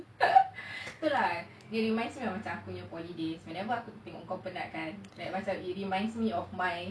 <Z